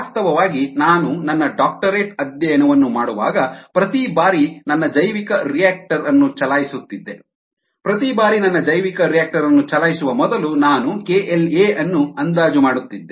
ವಾಸ್ತವವಾಗಿ ನಾನು ನನ್ನ ಡಾಕ್ಟರೇಟ್ ಅಧ್ಯಯನವನ್ನು ಮಾಡುವಾಗ ಪ್ರತಿ ಬಾರಿ ನನ್ನ ಜೈವಿಕರಿಯಾಕ್ಟರ್ ಅನ್ನು ಚಲಾಯಿಸುತ್ತಿದ್ದೆ ಪ್ರತಿ ಬಾರಿ ನನ್ನ ಜೈವಿಕರಿಯಾಕ್ಟರ್ ಅನ್ನು ಚಲಾಯಿಸುವ ಮೊದಲು ನಾನು KLa ಅನ್ನು ಅಂದಾಜು ಮಾಡುತ್ತಿದ್ದೆ